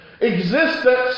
Existence